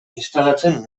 instalatzen